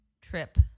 trip